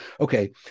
Okay